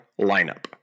lineup